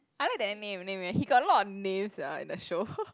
I like the leh he got a lot of names sia in the show